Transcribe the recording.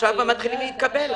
עכשיו כבר מתחילים להתקבל.